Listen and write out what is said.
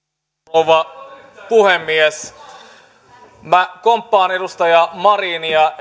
rouva puhemies minä komppaan edustaja marinia